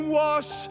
wash